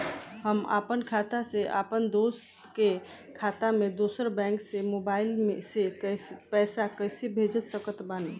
हम आपन खाता से अपना दोस्त के खाता मे दोसर बैंक मे मोबाइल से पैसा कैसे भेज सकत बानी?